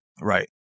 Right